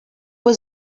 was